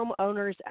homeowners